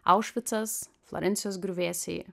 aušvicas florencijos griuvėsiai